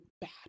bad